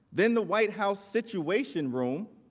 then the white house situation room,